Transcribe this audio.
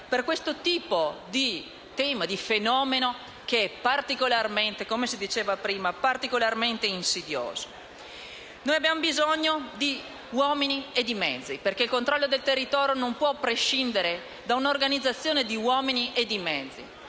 che, come si diceva prima, è particolarmente insidioso. Abbiamo bisogno di uomini e di mezzi, perché il controllo del territorio non può prescindere da un'organizzazione di uomini e di mezzi.